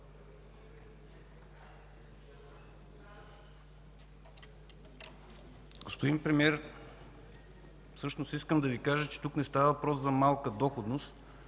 Господин Премиер, всъщност искам да Ви кажа, че тук не става въпрос за малка доходност.